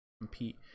compete